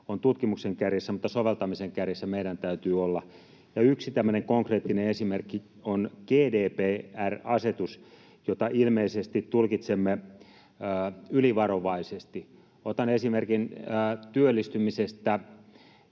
on tutkimuksen kärjessä, mutta soveltamisen kärjessä meidän täytyy olla. Yksi tämmöinen konkreettinen esimerkki on GDPR-asetus, jota ilmeisesti tulkitsemme ylivarovaisesti. Otan esimerkin työllistymisestä.